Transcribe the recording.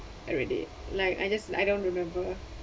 everyday like I just I don't remember